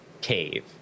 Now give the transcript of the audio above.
cave